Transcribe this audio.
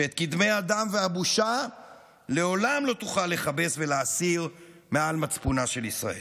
שאת כתמי הדם והבושה לעולם לא תוכל לכבס ולהסיר מעל מצפונה ישראל,